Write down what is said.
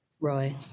Roy